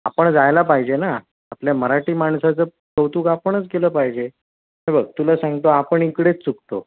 आपण जायला पाहिजे ना आपल्या मराठी माणसाचं कौतुक आपणच केलं पाहिजे हे बघ तुला सांगतो आपण इकडेच चुकतो